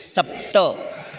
सप्त